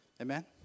amen